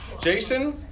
Jason